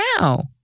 now